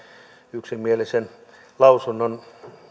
yksimielisen lausunnon